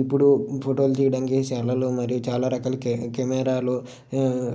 ఇప్పుడు ఫోటోలు తీయడానికి సెల్లులు మరియు చాల రకాల కె కెమెరాలు